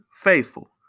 faithful